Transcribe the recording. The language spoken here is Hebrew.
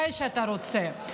מתי שאתה רוצה,